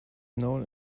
known